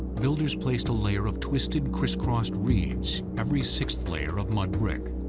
builders placed a layer of twisted, criss-crossed reeds every sixth layer of mud brick.